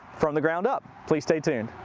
from the ground up. please, stay tuned.